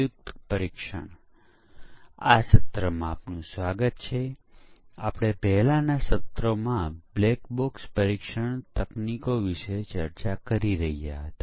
વિગતવાર પરીક્ષણ જોતા પહેલાં આપણે મૂળભૂત મુદ્દાઓ સાથે આગળ વધીશું જેની આપણે ચર્ચા કરી રહ્યા હતા